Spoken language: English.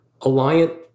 Alliant